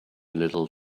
little